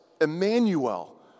Emmanuel